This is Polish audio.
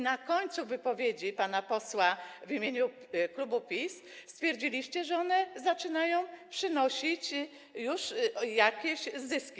Na koniec wypowiedzi pana posła w imieniu klubu PiS padło stwierdzenie, że one zaczynają przynosić już jakieś zyski.